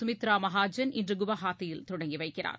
சுமித்ரா மகாஜன் இன்று கவுஹாத்தியில் தொடங்கி வைக்கிறார்